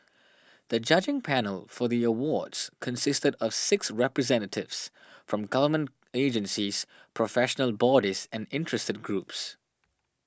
the judging panel for the Awards consisted of six representatives from government agencies professional bodies and interested groups